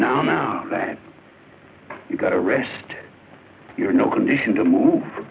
now now that you've got a rest you're no condition to move